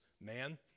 Man